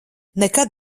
nekad